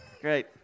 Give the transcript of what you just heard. Great